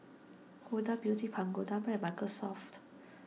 Huda Beauty Pagoda Brand and Microsoft